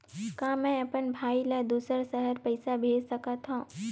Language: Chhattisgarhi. का मैं अपन भाई ल दुसर शहर पईसा भेज सकथव?